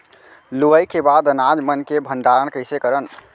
लुवाई के बाद अनाज मन के भंडारण कईसे करन?